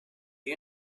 you